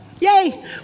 Yay